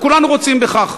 וכולנו רוצים בכך,